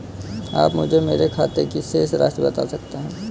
आप मुझे मेरे खाते की शेष राशि बता सकते हैं?